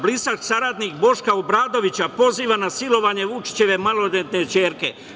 Blizak saradnik Boška Obradovića poziva na silovanje Vučićeve maloletne ćerke.